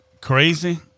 crazy –